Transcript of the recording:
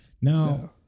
Now